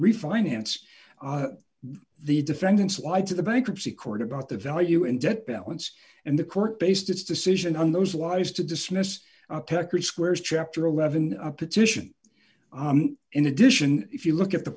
refinance the defendants lied to the bankruptcy court about the value and debt balance and the court based its decision on those lies to dismiss peccary squares chapter eleven a petition in addition if you look at the